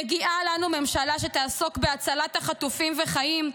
מגיעה לנו ממשלה שתעסוק בהצלת החטופים, וחיים,